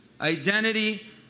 Identity